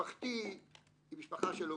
משפחתי היא משפחה של אומנים,